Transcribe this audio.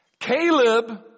Caleb